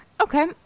Okay